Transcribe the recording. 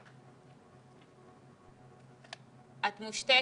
לסדר את התקלה